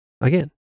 again